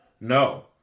No